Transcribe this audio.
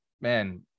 man